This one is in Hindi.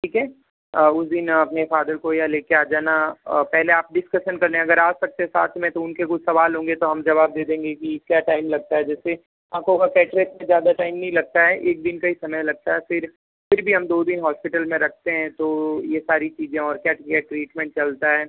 ठीक है उस दिन अपने फादर को यहाँ लेके आ जाना पहले आप डिस्कशन कर लेना अगर आ सकते साथ में तो उनके कुछ सवाल होंगे तो हम जवाब दे देंगे कि क्या टाइम लगता है जैसे आँखों का कैटरेक्ट ज़्यादा टाइम नहीं लगता है एक दिन का ही समय लगता है फिर फिर भी हम दो दिन हॉस्पिटल में रखते हैं तो ये सारी चीजें और क्या क्या ट्रीटमेंट चलता है